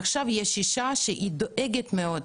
עכשיו יש אישה שדואגת מאוד.